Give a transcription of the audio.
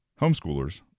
Homeschoolers